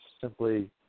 simply